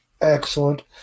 excellent